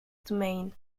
domain